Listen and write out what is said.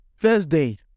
Thursday